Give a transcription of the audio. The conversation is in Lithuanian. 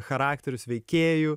charakterius veikėjų